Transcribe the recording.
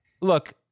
Look